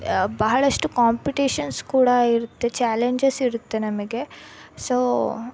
ಬಹಳಷ್ಟು ಕಾಂಪಿಟಿಷನ್ಸ್ ಕೂಡ ಇರುತ್ತೆ ಚಾಲೆಂಜೆಸ್ ಇರುತ್ತೆ ನಮಗೆ ಸೊ